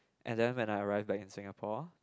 and then when I arrive back in Singapore